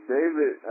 David